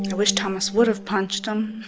wish thomas would've punched him.